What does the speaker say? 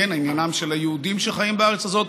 עניינם של היהודים שחיים בארץ הזאת,